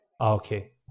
Okay